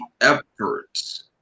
efforts